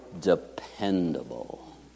Dependable